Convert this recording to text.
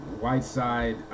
Whiteside